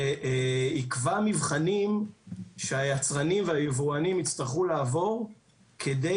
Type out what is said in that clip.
שיקבע מבחנים שהיצרנים והיבואנים יצטרכו לעבור כדי